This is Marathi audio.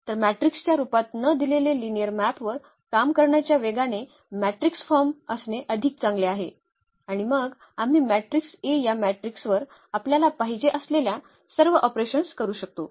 तर मॅट्रिक्सच्या रूपात न दिलेले लिनिअर मॅपवर काम करण्याच्या वेगाने मॅट्रिक्स फॉर्म असणे अधिक चांगले आहे आणि मग आम्ही मॅट्रिक्स A या मॅट्रिक्सवर आपल्याला पाहिजे असलेल्या सर्व ऑपरेशन्स करू शकतो